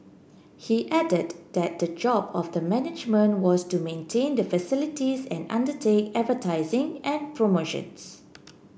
he added that that the job of the management was to maintain the facilities and undertake advertising and promotions